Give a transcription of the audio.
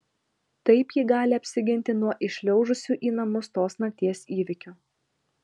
taip ji gali apsiginti nuo įšliaužusių į namus tos nakties įvykių